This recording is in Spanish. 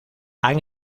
han